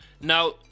now